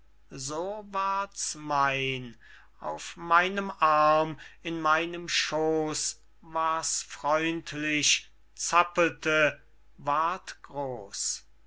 so ward's mein auf meinem arm in meinem schoos war's freundlich zappelte ward groß